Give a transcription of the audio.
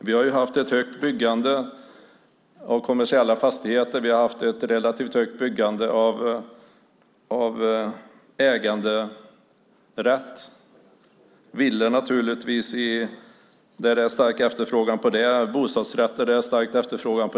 Vi har haft ett högt byggande av kommersiella fastigheter, ett relativt högt byggande av äganderätter, villor och bostadsrätter i områden med stark efterfrågan.